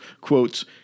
quotes